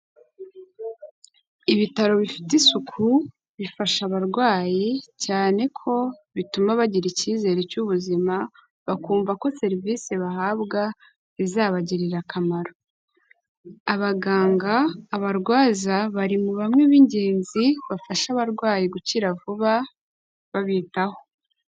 Ibitaro bifite isuku bifasha abarwayi cyane ko bituma bagira icyizere cy'ubuzima, bakumva ko serivise bahabwa izabagirira akamaro. Abaganga, abarwaza bari mu bamwe b'ingenzi bafasha abarwayi gukira vuba, babitaho.